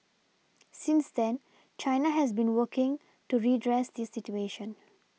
since then China has been working to redress this situation